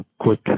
quick